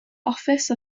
office